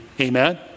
Amen